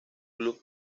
club